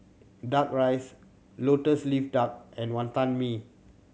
Duck Rice Lotus Leaf Duck and Wantan Mee